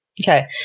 Okay